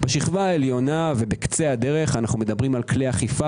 העליונה ובקצה הדרך אנו מדברים על כלי אכיפה,